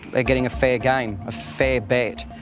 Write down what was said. like getting a fair game. a fair bet.